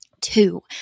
two